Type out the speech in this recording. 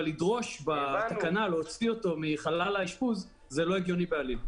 אבל לדרוש בתקנה להוציא אותו מחלל האשפוז זה לא הגיוני בעליל.